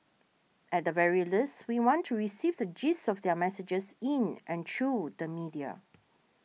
at the very least we want to receive the gist of their messages in and through the media